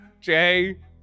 Jay